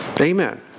Amen